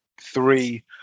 three